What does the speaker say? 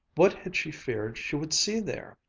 what had she feared she would see there?